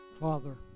Father